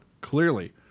clearly